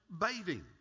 bathing